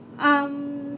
um